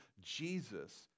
jesus